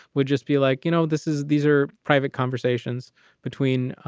would just be like, you know, this is these are private conversations between